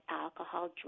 alcohol